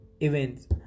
events